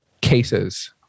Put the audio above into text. cases